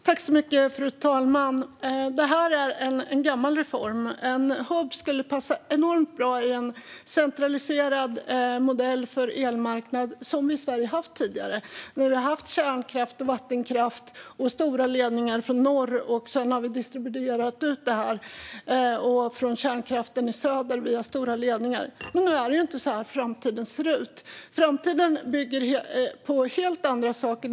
Fru talman! Det här är en gammal reform. En hubb skulle passa enormt bra i en centraliserad modell för elmarknaden som vi i Sverige har haft tidigare. Vi har haft kärnkraft och vattenkraft och stora ledningar från norr, och sedan har vi distribuerat ut det, och samma sak har skett med kärnkraften i söder som också har gått via stora ledningar. Men nu är det inte så framtiden ser ut. Framtiden bygger på helt andra saker.